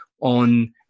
on